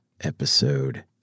episode